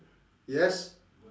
yes